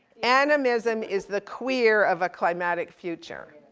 animism is the queer of a climatic future.